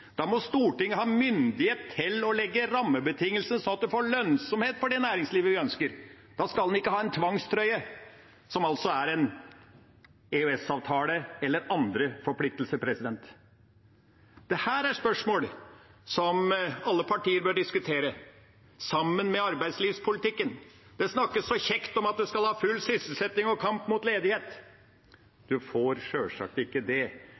Da må Stortinget ha myndighet til å legge rammebetingelser sånn at man får lønnsomhet for det næringslivet vi ønsker. Da skal en ikke ha en tvangstrøye som en EØS-avtale eller andre forpliktelser. Dette er spørsmål alle partier bør diskutere, sammen med arbeidslivspolitikken. Det snakkes så kjekt om at en skal ha full sysselsetting og kamp mot ledighet. En får sjølsagt ikke det